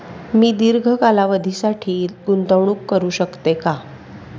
मी दीर्घ कालावधीसाठी गुंतवणूक करू शकते का?